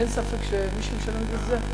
אין ספק שמי שמשלם את זה,